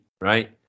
Right